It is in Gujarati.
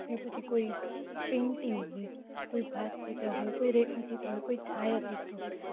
કે પછી કોઈ પેંટિંગ હોય કોઈ ભાત ચિત્ર હોય કોઈ રેખા ચિત્ર હોય કોઈ છાયા ચિત્ર હોય